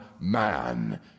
man